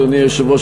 אדוני היושב-ראש,